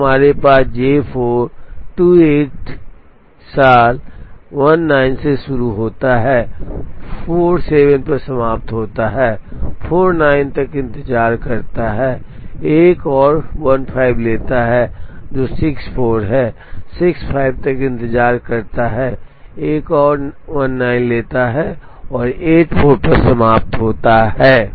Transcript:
तब हमारे पास J4 28 साल 19 से शुरू होता है 47 पर समाप्त होता है 49 तक इंतजार करता है एक और 15 लेता है जो 64 है 65 तक इंतजार करता है एक और 19 लेता है और 84 पर समाप्त होता है